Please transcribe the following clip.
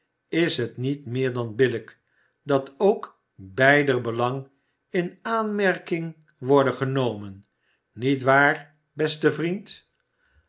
is het niet meer dan billijk dat ook beider belang in aanmerking worde genomen niet waar beste vriend